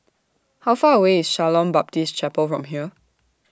How Far away IS Shalom Baptist Chapel from here